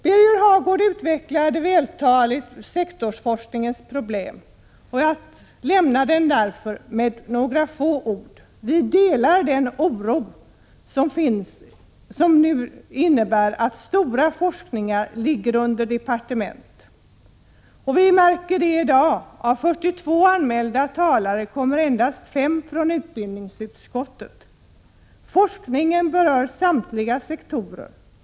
Birger Hagård utvecklade vältaligt sektorsforskningens problem, och jag lämnar dem därför med några få ord. Vi delar den oro som finns över att en stor andel av forskningen i dag ligger under våra fackdepartement. Vi märker det i dag på talarlistan: av 42 anmälda talare kommer endast 5 från utbildningsutskottet. Forskningen berör samtliga sektorer.